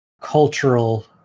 cultural